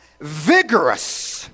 vigorous